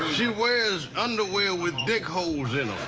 she wears underwear with dick holes in